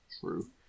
True